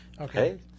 Okay